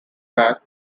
bat